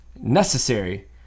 Necessary